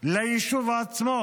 ליישוב עצמו,